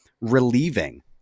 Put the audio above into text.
relieving